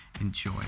Enjoy